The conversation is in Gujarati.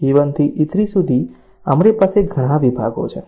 A1 થી E3 સુધી અમારી પાસે ઘણા વિભાગો છે